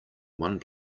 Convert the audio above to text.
one